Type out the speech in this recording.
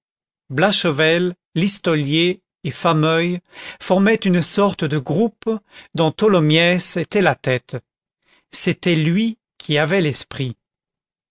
blachevelle listolier et fameuil formaient une sorte de groupe dont tholomyès était la tête c'était lui qui avait l'esprit